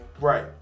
Right